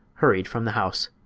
hurried from the house.